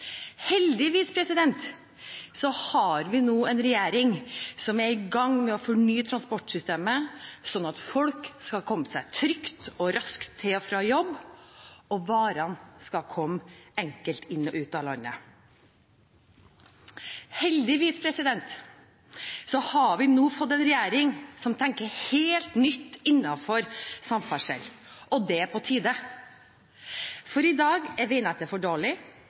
Heldigvis har vi nå en regjering som er i gang med å fornye transportsystemet, slik at folk kan komme seg trygt og raskt til og fra jobb og varene komme enkelt inn og ut av landet. Heldigvis har vi nå fått en regjering som tenker helt nytt innenfor samferdsel, og det er på tide. For i dag er veinettet for dårlig,